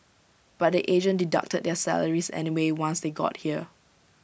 but the agent deducted their salaries anyway once they got here